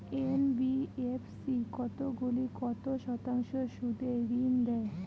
NBFC কতগুলি কত শতাংশ সুদে ঋন দেয়?